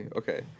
okay